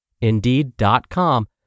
Indeed.com